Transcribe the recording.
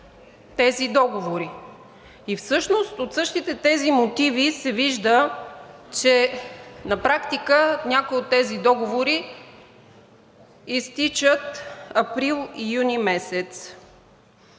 тези договори. И от същите тези мотиви се вижда, че на практика някои от тези договори изтичат април и юни месец.